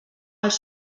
els